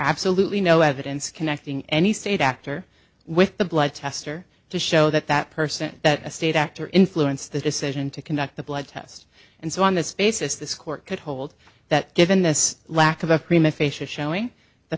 absolutely no evidence connecting any state actor with the blood test or to show that that person that a state actor influence the decision to conduct the blood test and so on this basis this court could hold that given this lack of a prima facia showing the